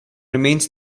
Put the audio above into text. remains